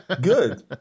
good